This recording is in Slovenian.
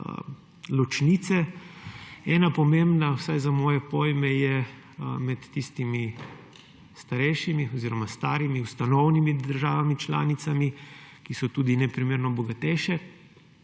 ločnice. Ena pomembna, vsaj za moje pojme, je med tistimi starejšimi oziroma starimi ustanovnimi državami članicami, ki so tudi neprimerno bogatejše